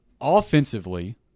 Offensively